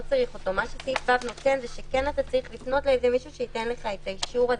מה שסעיף (ו) נותן כן אתה צריך לפנות למישהו שנותן לך את האישור הזה.